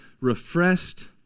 refreshed